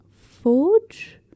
forge